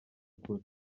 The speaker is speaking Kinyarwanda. kure